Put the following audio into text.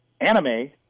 Anime